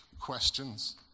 questions